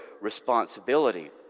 responsibility